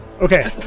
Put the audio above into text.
Okay